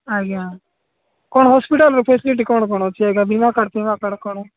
ଆଜ୍ଞା କ'ଣ ହସ୍ପିଟାଲ୍ର ଫେସିଲିଟି କ'ଣ କ'ଣ ଅଛି ଆଜ୍ଞା ବୀମା କାର୍ଡ୍ ଫିମା କାର୍ଡ୍ କ'ଣ